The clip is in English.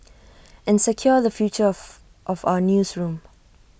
and secure the future of of our newsroom